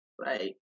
right